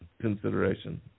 consideration